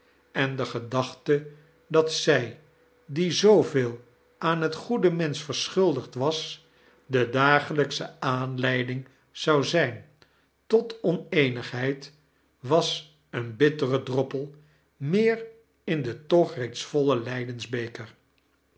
en de gedachte dat zij die zooveel aan het goede mensch verschuldigd was de dagelijksche aanleiding zou zijn tot oneenigheid was een bittere droppel meer in den toch reeds vollen lijdensbeker